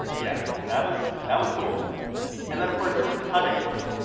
yeah that was that was cool and then, of course, there was the cutting one,